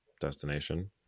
destination